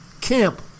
camp